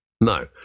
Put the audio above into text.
No